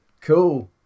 Cool